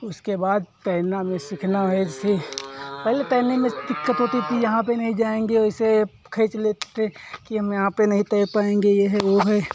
उसके बाद तैरना हमें सिखना है जैसे पहले तैरने में दिक्कत होती थी यहाँ पे नहीं जाएंगे ऐसे खींच लेते कि हम यहाँ पे नहीं तैर पाएंगे ये है वो है